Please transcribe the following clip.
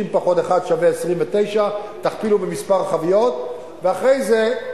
30 פחות 1 שווה 29, תכפילו במספר החביות ואחרי זה,